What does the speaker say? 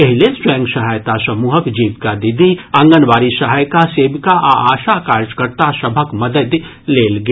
एहि लेल स्वयं सहायता समूहक जीविका दीदी आंगनबाड़ी सहायिका सेविका आ आशा कार्यकर्ता सभक मददि लेल गेल